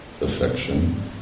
affection